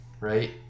right